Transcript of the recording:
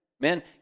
men